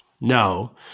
No